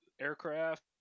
aircraft